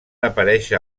aparèixer